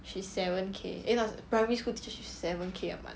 she seven K eh no primary school teacher she seven K a month